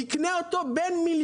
יקנה את הדירה הזו במחיר